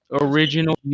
original